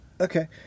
Okay